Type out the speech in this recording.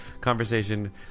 conversation